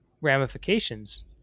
ramifications